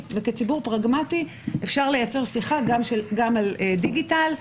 וכציבור פרגמטי אפשר לייצר שיחה גם על דיגיטל.